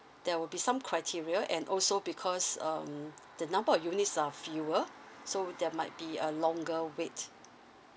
there will be some criteria and also because um the number of units are fewer so there might be a longer wait